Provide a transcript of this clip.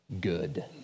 good